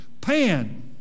Pan